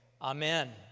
Amen